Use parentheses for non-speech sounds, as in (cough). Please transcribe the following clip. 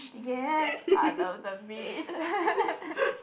yes I know the beach (laughs)